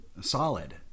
solid